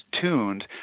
tuned